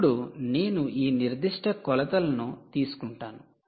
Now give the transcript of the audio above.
ఇప్పుడు నేను ఈ నిర్దిష్ట కొలతలను తీసుకుంటాను